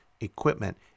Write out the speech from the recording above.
equipment